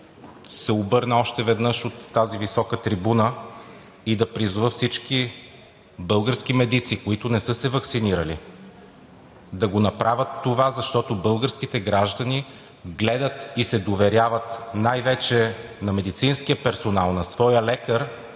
се обърна още веднъж от тази висока трибуна и да призова всички български медици, които не са се ваксинирали, да направят това, защото българските граждани гледат и се доверяват най-вече на медицинския персонал, на своя лекар,